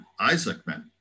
Isaacman